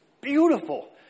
beautiful